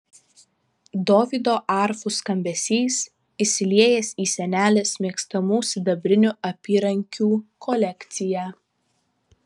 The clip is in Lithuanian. dovydo arfų skambesys įsiliejęs į senelės mėgstamų sidabrinių apyrankių kolekciją